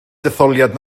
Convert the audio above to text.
detholiad